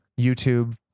YouTube